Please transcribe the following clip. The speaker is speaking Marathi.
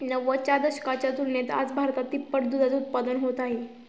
नव्वदच्या दशकाच्या तुलनेत आज भारतात तिप्पट दुधाचे उत्पादन होत आहे